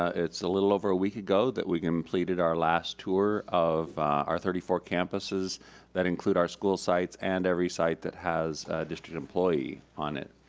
it's a little over a week ago that we completed our last tour of our thirty four campuses that include our school sites and every site that has a district employee on it.